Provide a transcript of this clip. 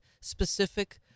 specific